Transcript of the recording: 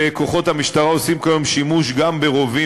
וכוחות המשטרה עושים כיום שימוש גם ברובים